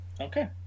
Okay